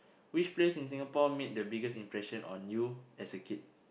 which place in Singapore made the biggest impression on you as a kid